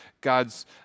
God's